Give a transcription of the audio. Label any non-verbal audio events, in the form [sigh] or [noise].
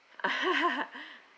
[laughs]